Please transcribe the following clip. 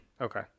Okay